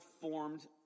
formed